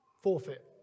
forfeit